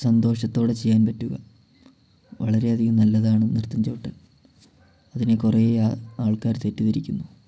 സന്തോഷത്തോടെ ചെയ്യാൻ പറ്റുക വളരെ അധികം നല്ലതാണ് നൃത്തം ചവിട്ടൽ അതിനെ കുറെ ആൾക്കാര് തെറ്റിദ്ധരിക്കുന്നു